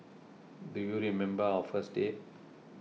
do you remember our first date